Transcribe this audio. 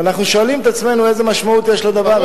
ואנחנו שואלים את עצמנו איזו משמעות יש לדבר הזה.